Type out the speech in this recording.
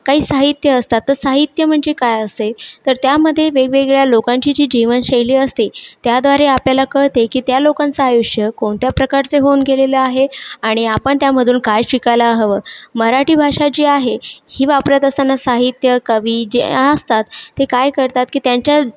काही साहित्य असतात तर साहित्य म्हणजे काय असते तर त्यामध्ये वेगवेगळ्या लोकांची जी जीवनशैली असते त्याद्वारे आपल्याला कळते की त्या लोकांचं आयुष्य कोणत्या प्रकारचे होऊन गेलेले आहे आणि आपण त्यामधून काय शिकायला हवं मराठी भाषा जी आहे ही वापरत असताना साहित्य कवी जे असतात ते काय करतात की त्यांच्या